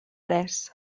res